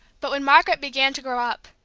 but when margaret began to grow up,